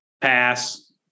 Pass